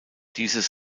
dieses